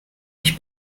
ich